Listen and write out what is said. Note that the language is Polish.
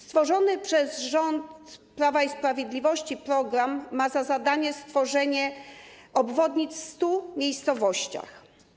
Stworzony przez rząd Prawa i Sprawiedliwości program ma za zadanie stworzenie obwodnic w 100 miejscowościach.